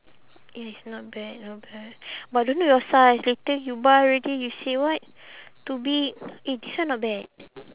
yes not bad not bad but don't know your size later you buy already you say what too big eh this one not bad